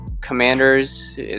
commanders